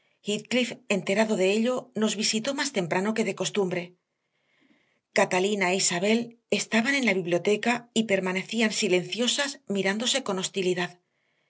enterado de ello nos visitó más temprano que de costumbre catalina e isabel estaban en la biblioteca y permanecían silenciosas mirándose con hostilidad